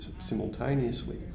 simultaneously